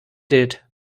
did